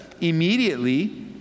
immediately